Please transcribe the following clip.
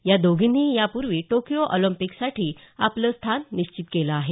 या दोघींनीही यापूर्वीच टोकयो ऑलम्पिकसाठी आपलं स्थान निश्चित केलं आहे